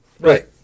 Right